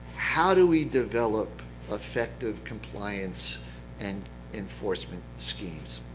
how do we develop effective compliance and enforcement schemes?